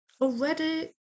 already